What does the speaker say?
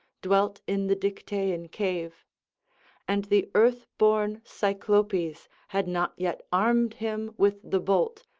dwelt in the dictaean cave and the earthborn cyclopes had not yet armed him with the bolt,